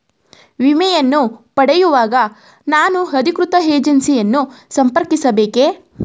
ವಿಮೆಯನ್ನು ಪಡೆಯುವಾಗ ನಾನು ಅಧಿಕೃತ ಏಜೆನ್ಸಿ ಯನ್ನು ಸಂಪರ್ಕಿಸ ಬೇಕೇ?